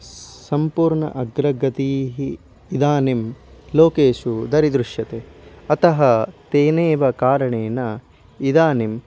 स् सम्पूर्ण अग्रगतीः इदानीं लोकेषु दरीदृश्यते अतः तेनैव कारणेन इदानीम्